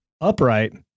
Upright